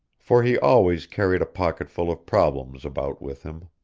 for he always carried a pocketful of problems about with him.